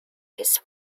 his